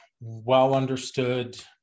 well-understood